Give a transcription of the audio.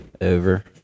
Over